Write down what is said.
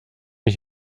ich